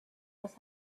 was